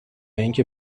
اینکه